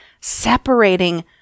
separating